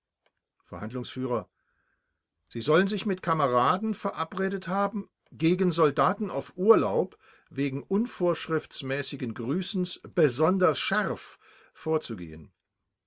verhandlungsf sie sollen sich mit kameraden verabredet haben gegen soldaten auf urlaub wegen unvorschriftsmäßigen grüßens besonders scharf vorzugehen